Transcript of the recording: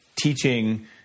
teaching